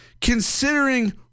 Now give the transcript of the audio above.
Considering